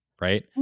Right